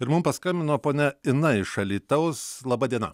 ir mum paskambino ponia ina iš alytaus laba diena